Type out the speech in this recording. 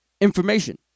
information